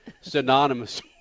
synonymous